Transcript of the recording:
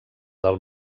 del